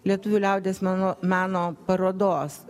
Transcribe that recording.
lietuvių liaudies meno meno parodos